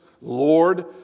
Lord